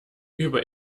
über